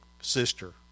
sister